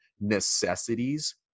necessities